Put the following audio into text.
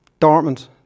Dortmund